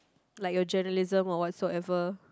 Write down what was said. like your journalism or whatsoever